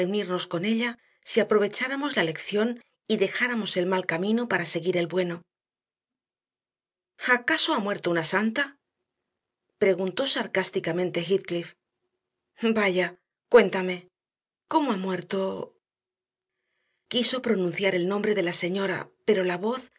con ella si aprovecháramos la lección y dejáramos el mal camino para seguir el bueno acaso ha muerto como una santa preguntó sarcásticamente heathcliff vaya cuéntame cómo ha muerto quiso pronunciar el nombre de la señora pero la voz